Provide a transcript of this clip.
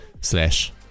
slash